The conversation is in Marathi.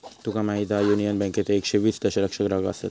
तुका माहीत हा, युनियन बँकेचे एकशे वीस दशलक्ष ग्राहक आसत